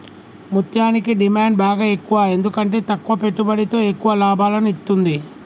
ముత్యనికి డిమాండ్ బాగ ఎక్కువ ఎందుకంటే తక్కువ పెట్టుబడితో ఎక్కువ లాభాలను ఇత్తుంది